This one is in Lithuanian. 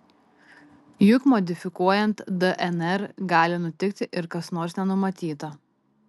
juk modifikuojant dnr gali nutikti ir kas nors nenumatyta